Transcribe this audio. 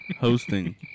Hosting